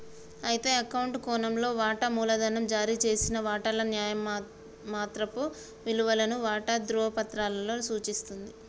అయితే అకౌంట్ కోణంలో వాటా మూలధనం జారీ చేసిన వాటాల న్యాయమాత్రపు విలువను వాటా ధ్రువపత్రాలలో సూచిస్తుంది